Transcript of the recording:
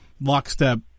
lockstep